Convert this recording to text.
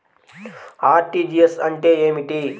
RTGS అంటే ఏమిటి?